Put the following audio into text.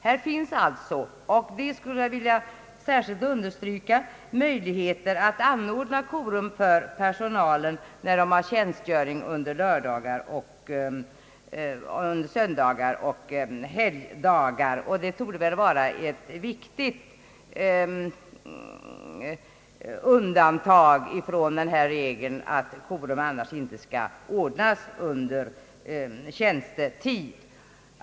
Här finns alltså och det skulle jag särskilt vilja understryka — också möjlighet att anordna korum för personalen när den har tjänstgöring under lördagar, söndagar och andra helgdagar. Det finns således möjlighet till undantag från regeln att korum skall ordnas under fritid.